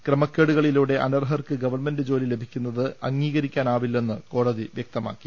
ക്രമക്കേടുകളിലൂടെ അനർഹർക്ക് ഗവൺമെന്റ് ജോലി ലഭിക്കുന്നത് അംഗീകരിക്കാനാവില്ലെന്ന് കോടതി വ്യക്തമാക്കി